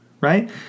right